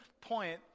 point